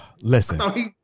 Listen